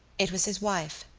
it was his wife.